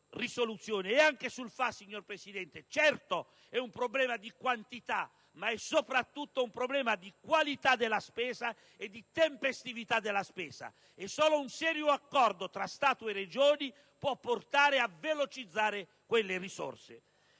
al FAS, signor Presidente, certo, è un problema di quantità, ma è soprattutto un problema di qualità e di tempestività della spesa e solo un serio accordo tra Stato e Regioni può portare a velocizzare quelle risorse.